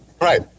right